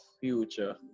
future